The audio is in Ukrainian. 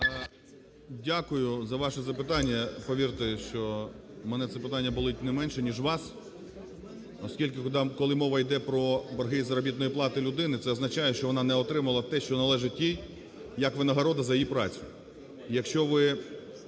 Дякую за ваше запитання. Повірте, що мене це питання болить не менше, ніж вас, оскільки, коли мова іде про борги з заробітної плати людини. Це означає, що вона не отримала те, що належить їй як винагорода за її працю. Якщо ви